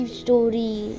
story